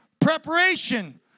Preparation